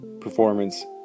performance